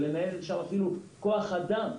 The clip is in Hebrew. אפילו כוח אדם,